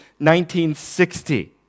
1960